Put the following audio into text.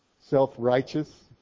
self-righteous